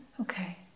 Okay